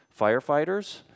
firefighters